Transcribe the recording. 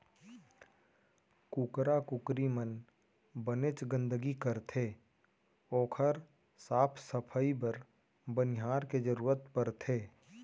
कुकरा कुकरी मन बनेच गंदगी करथे ओकर साफ सफई बर बनिहार के जरूरत परथे